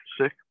sick